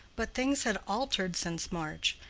but things had altered since march.